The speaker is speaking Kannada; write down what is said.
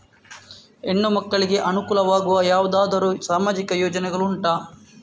ಹೆಣ್ಣು ಮಕ್ಕಳಿಗೆ ಅನುಕೂಲವಾಗುವ ಯಾವುದಾದರೂ ಸಾಮಾಜಿಕ ಯೋಜನೆಗಳು ಉಂಟಾ?